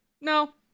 No